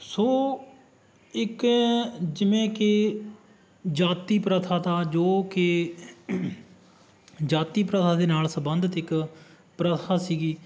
ਸੋ ਇੱਕ ਜਿਵੇਂ ਕਿ ਜਾਤੀ ਪ੍ਰਥਾ ਦਾ ਜੋ ਕਿ ਜਾਤੀ ਪ੍ਰਥਾ ਦੇ ਨਾਲ ਸੰਬੰਧਤ ਇਕ ਪ੍ਰਥਾ ਸੀਗੀ